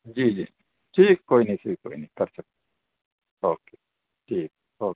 جی جی ٹھیک کوئی نہیں ٹھیک کوئی نہیں کرسکتے اوکے ٹھیک اوکے